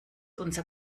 unser